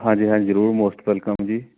ਹਾਂਜੀ ਹਾਂਜੀ ਜ਼ਰੂਰ ਮੋਸਟ ਵੈਲਕਮ ਜੀ